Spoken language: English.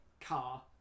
car